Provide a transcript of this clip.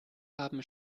haben